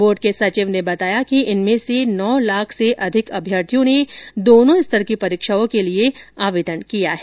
board के सचिव ने बताया कि इनमें से नौ लाख से अधिक अभ्यर्थियों ने दोनों स्तर की परीक्षाओं के लिए आवेदन किया है